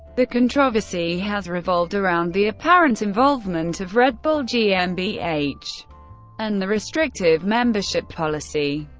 the controversy has revolved around the apparent involvement of red bull gmbh and the restrictive membership policy.